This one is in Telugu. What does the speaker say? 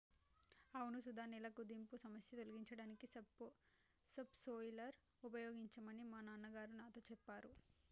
అవును సుధ నేల కుదింపు సమస్య తొలగించడానికి సబ్ సోయిలర్ ఉపయోగించమని మా నాన్న గారు నాతో సెప్పారు